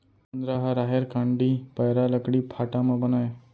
कुंदरा ह राहेर कांड़ी, पैरा, लकड़ी फाटा म बनय